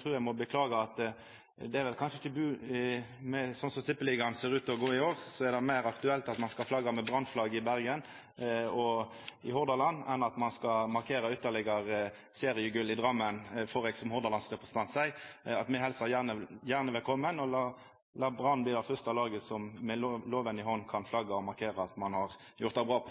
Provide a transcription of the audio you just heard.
trur eg må beklaga: Sånn som tippeligaen går i år, er det vel kanskje meir aktuelt å flagge med Brann-flagget i Bergen og Hordaland enn å markera ytterlegare seriegull i Drammen. Som Hordaland-representant får eg seia at me gjerne helsar velkommen det å lata Brann bli det første laget som med loven i hand kan flagga og markera at ein har gjort det bra